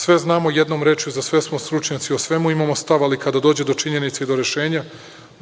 Sve znamo, jednom rečju za sve smo stručnjaci, o svemu imamo stav, ali kada dođe do činjenice i do rešenja,